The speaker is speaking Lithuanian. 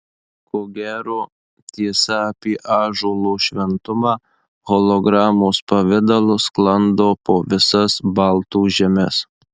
ko gero tiesa apie ąžuolo šventumą hologramos pavidalu sklando po visas baltų žemes